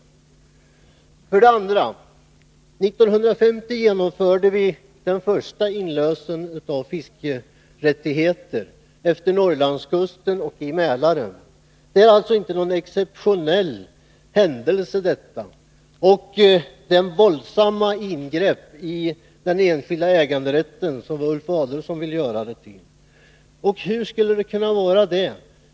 För det andra genomförde vi 1950 den första inlösen av fiskerättigheter efter Norrlandskusten och i Mälaren. Detta är alltså inte någon exceptionell händelse och det våldsamma ingrepp i den enskilda äganderätten som Ulf Adelsohn vill göra det till. Hur skulle det kunna vara det?